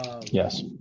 yes